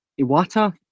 Iwata